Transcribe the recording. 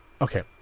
Okay